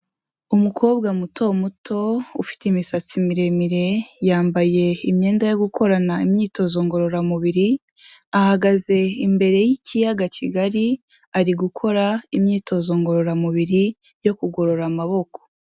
Umukobwa muto muto ufite imisatsi miremire, yambaye imyenda yo gukorana imyitozo ngororamubiri, ahagaze imbere y'ikiyaga kigari, ari gukora imyitozo ngororamubiri, yo kugorora amaboko.